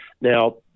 Now